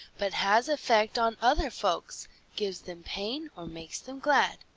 but has effect on other folks gives them pain or makes them glad.